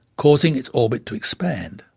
causing its orbit to expand.